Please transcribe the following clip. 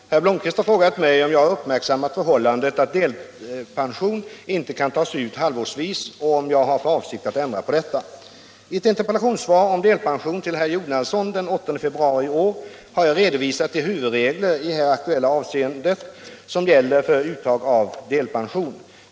342, och anförde: Herr talman! Herr Blomkvist har frågat mig om jag uppmärksammat förhållandet att delpension inte kan tas ut halvårsvis och om jag har för avsikt att ändra på detta. I ett interpellationssvar om delpension till herr Jonasson den 8 februari i år har jag redovisat de huvudregler i här aktuellt avseende som gäller för uttag av delpension.